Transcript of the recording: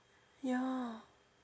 ya